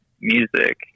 music